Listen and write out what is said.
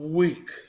week